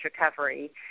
recovery